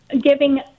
giving